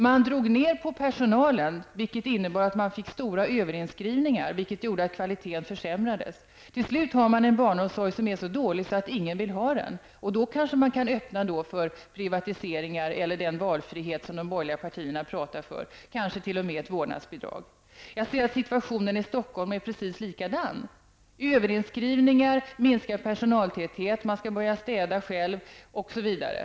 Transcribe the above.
Man drog ner på personalen, vilket innebar att man fick stora överinskrivningar och kvaliteten försämrades. Till slut har man en barnomsorg som är så dålig att ingen vill ha den. Då kan man öppna för privatisering eller den valfrihet som de borgerliga partierna talar för, kanske t.o.m. Jag ser att situatonen i Stockholm är precis likadan: överinskrivningar, minskad personaltäthet, man skall börja städa själv osv.